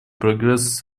прогресс